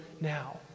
now